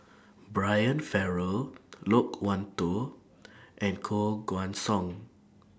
Brian Farrell Loke Wan Tho and Koh Guan Song